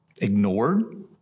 ignored